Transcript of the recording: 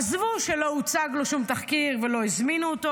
עזבו שלא הוצג לו שום תחקיר ולא הזמינו אותו.